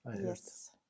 Yes